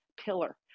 pillar